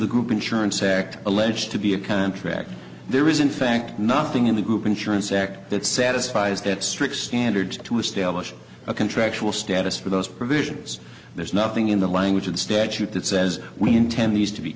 the group insurance act alleged to be a contract there is in fact nothing in the group insurance act that satisfies that strict standards to establish a contractual status for those provisions there's nothing in the language of the statute that says we intend these to be